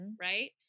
right